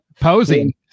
posing